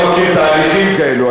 אני לא מכיר תהליכים כאלו.